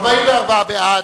44 בעד,